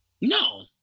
No